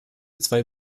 zwei